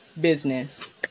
business